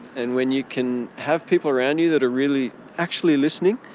and when you can have people around you that are really actually listening,